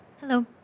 Hello